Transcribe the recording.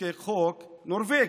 לחוקק חוק נורבגי,